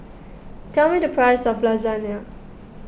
tell me the price of Lasagne